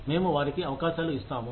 మేము వారికి అవకాశాలు ఇస్తాము